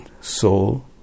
soul